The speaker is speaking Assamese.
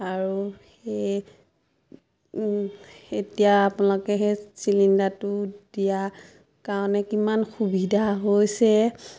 আৰু সেই এতিয়া আপোনালোকে সেই চিলিণ্ডাৰটো দিয়া কাৰণে কিমান সুবিধা হৈছে